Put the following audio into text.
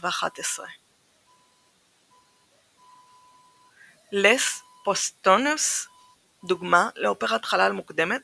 1911. Les Posthumes דוגמה לאופרת חלל מוקדמת